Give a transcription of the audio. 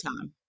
Time